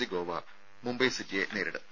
C Goa Mumbai സിറ്റിയെ നേരിടും